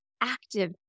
active